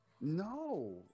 no